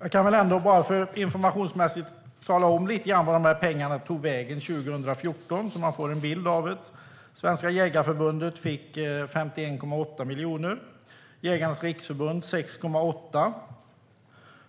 Jag kan informationsmässigt tala om vart pengarna tog vägen 2014, så att man får en bild av det. Svenska Jägareförbundet fick 51,8 miljoner, Jägarnas Riksförbund 6,8